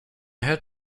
had